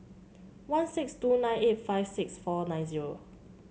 one six two nine eight five six four nine zero